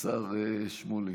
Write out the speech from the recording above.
השר שמולי,